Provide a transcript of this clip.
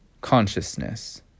consciousness